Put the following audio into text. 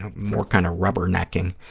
um more kind of rubber-necking.